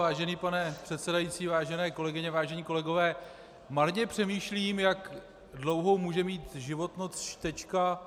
Vážený pane předsedající, vážené kolegyně, vážení kolegové, marně přemýšlím, jak dlouhou může mít životnost čtečka.